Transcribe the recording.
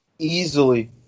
Easily